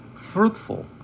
fruitful